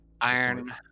iron